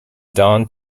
don